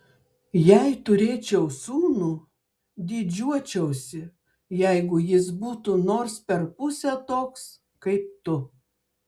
jei turėčiau sūnų didžiuočiausi jeigu jis būtų nors per pusę toks kaip tu